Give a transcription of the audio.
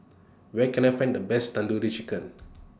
Where Can I Find The Best Tandoori Chicken